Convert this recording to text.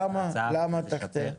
למה תחטא?